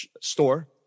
store